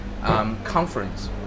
Conference